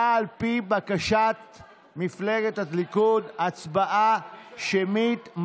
בקשת מפלגת הליכוד, ההצבעה שמית.